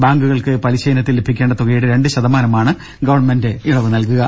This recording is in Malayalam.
ബാങ്കുകൾക്ക് പലിശയിനത്തിൽ ലഭിക്കേണ്ട തുകയുടെ രണ്ടു ശതമാനമാണ് ഗവൺമെന്റ് ഇളവുനൽകുക